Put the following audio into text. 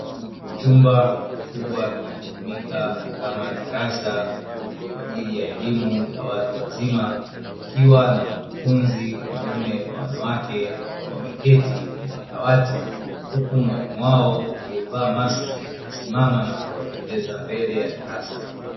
Chumba kikubwa kinachotumika kama darasa kwa ajili ya elimu ya watu wazima, kikiwa na wanafunzi wa wanaume kwa wanawake wameketi kwenye madawati, huku mwalimu wao aliyevaa maski amesimama na kuwaelekeza mbele ya darasa.